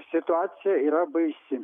situacija yra baisi